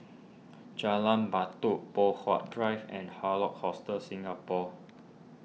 Jalan Batu Poh Huat Drive and Hard Rock Hostel Singapore